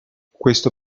questo